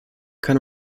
can